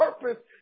purpose